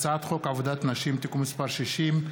הצעת חוק עבודת נשים (תיקון מס' 60),